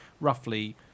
roughly